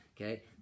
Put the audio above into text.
okay